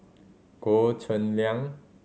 Goh Cheng Liang